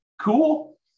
Cool